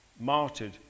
martyred